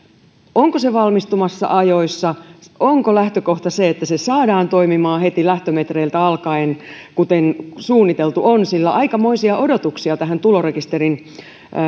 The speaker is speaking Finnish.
onko se valmistumassa ajoissa onko lähtökohta se että se saadaan toimimaan heti lähtömetreiltä alkaen kuten suunniteltu on sillä aikamoisia odotuksia tulorekisterin